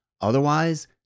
Otherwise